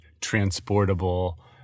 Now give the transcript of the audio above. transportable